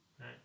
Right